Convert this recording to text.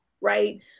right